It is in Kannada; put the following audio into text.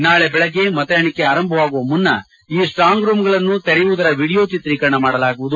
ನಾಳೆ ಬೆಳಿಗ್ಗೆ ಮತ ಎಣಿಕೆ ಆರಂಭವಾಗುವ ಮುನ್ನ ಈ ಸ್ಟಾಂಗ್ ರೂಂಗಳನ್ನು ತೆರೆಯುವುದರ ವಿದಿಯೋ ಚಿತ್ರೀಕರಣ ಮಾಡಲಾಗುವುದು